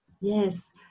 Yes